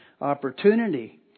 opportunity